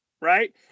right